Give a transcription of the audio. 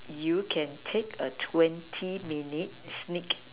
you can take a twenty minute sneak